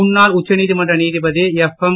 முன்னாள் உச்சநீதிமன்ற நீதிபதி கேஎம்